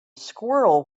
squirrel